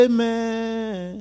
Amen